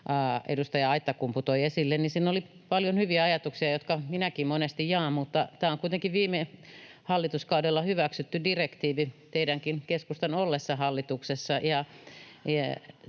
edustaja Aittakumpu toi esille, oli paljon hyviä ajatuksia, jotka minäkin monesti jaan, mutta tämä on kuitenkin viime hallituskaudella hyväksytty direktiivi, teidänkin, keskustan, ollessa hallituksessa.